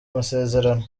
masezerano